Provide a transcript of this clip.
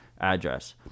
address